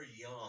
young